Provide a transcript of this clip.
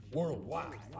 Worldwide